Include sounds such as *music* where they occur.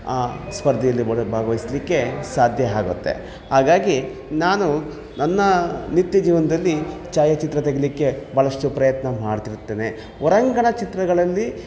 ಸ್ಪರ್ಧೆಯಲ್ಲಿ *unintelligible* ಭಾಗವಹಿಸ್ಲಿಕ್ಕೆ ಸಾಧ್ಯ ಆಗುತ್ತೆ ಹಾಗಾಗಿ ನಾನು ನನ್ನ ನಿತ್ಯ ಜೀವನದಲ್ಲಿ ಛಾಯಾಚಿತ್ರ ತೆಗಿಲಿಕ್ಕೆ ಭಾಳಷ್ಟು ಪ್ರಯತ್ನ ಮಾಡ್ತಿರುತ್ತೇನೆ ಹೊರಾಂಗಣ ಚಿತ್ರಗಳಲ್ಲಿ